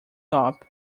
top